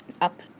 up